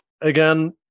again